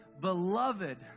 beloved